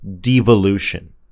devolution